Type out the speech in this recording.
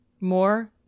More